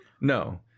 No